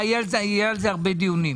יהיו על זה הרבה דיונים.